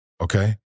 Okay